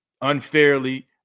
unfairly